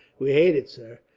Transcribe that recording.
we hate it, sir,